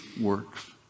works